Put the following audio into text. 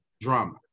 drama